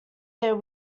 their